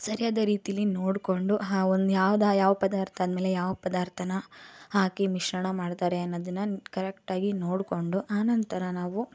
ಸರಿಯಾದ ರೀತಿಲಿ ನೋಡಿಕೊಂಡು ಯಾವ್ದು ಯಾವ ಪದಾರ್ಥ ಆದ್ಮೇಲೆ ಯಾವ ಪದಾರ್ಥನ ಹಾಕಿ ಮಿಶ್ರಣ ಮಾಡ್ತಾರೆ ಅನ್ನೋದನ್ನು ಕರೆಕ್ಟಾಗಿ ನೋಡಿಕೊಂಡು ಆನಂತರ ನಾವು